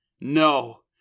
No